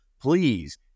please